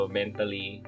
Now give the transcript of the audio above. mentally